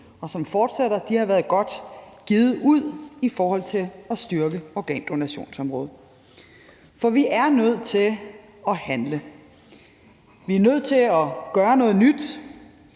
og som fortsætter, har været godt givet ud i forhold til at styrke organdonationsområdet. For vi er nødt til at handle. Vi er nødt til at gøre noget nyt,